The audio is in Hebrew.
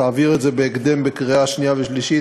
ותעביר את זה בהקדם בקריאה שנייה ושלישית,